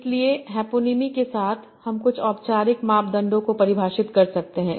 इसलिए हैपोनीमी के साथ हम कुछ औपचारिक मानदंडों को भी परिभाषित कर सकते हैं